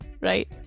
right